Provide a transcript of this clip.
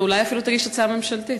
ואולי אפילו תגיש הצעה ממשלתית.